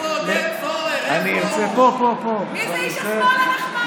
שאפשר יהיה לבוא איתו בדין ודברים על ניסוחה גם מול המשרדים השונים.